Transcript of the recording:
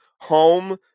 home